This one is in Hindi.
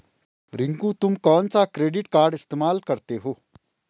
रिंकू तुम कौन सा क्रेडिट कार्ड इस्तमाल करते हो?